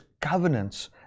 covenants